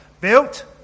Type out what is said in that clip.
built